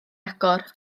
agor